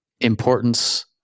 importance